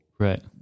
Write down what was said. Right